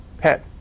Head